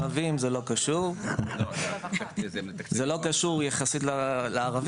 לערבים זה לא קשור, זה לא קשור יחסית לערבים.